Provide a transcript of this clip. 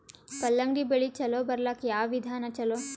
ಕಲ್ಲಂಗಡಿ ಬೆಳಿ ಚಲೋ ಬರಲಾಕ ಯಾವ ವಿಧಾನ ಚಲೋ?